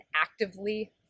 actively